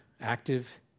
active